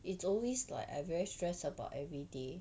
it's always like I very stressed about every day